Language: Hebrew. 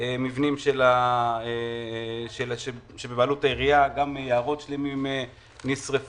מבנים שבבעלות העירייה, גם יערות שלמים נשרפו.